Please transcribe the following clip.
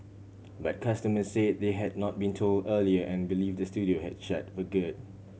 but customers said they had not been told earlier and believe the studio has shut for good